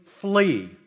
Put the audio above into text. flee